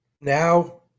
Now